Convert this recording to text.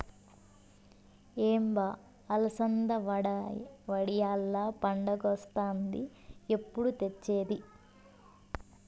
ఏం బా అలసంద వడియాల్ల పండగొస్తాంది ఎప్పుడు తెచ్చేది